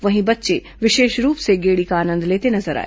वहीं बच्चे विशेष रूप से गेड़ी का आनंद लेते नजर आए